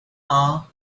hour